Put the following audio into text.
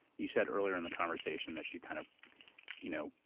you said earlier in the conversation, that she kind of you know